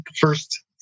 first